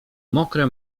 mokre